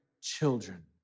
children